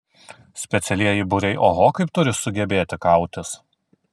specialieji būriai oho kaip turi sugebėti kautis